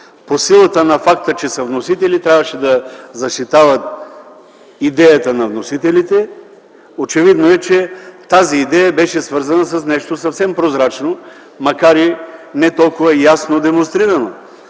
по силата на факта, че са вносители, трябваше да защитават идеята на вносителите. Очевидно е, че тази идея беше свързана с нещо съвсем прозрачно, макар и не толкова ясно демонстрирано.